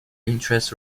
interest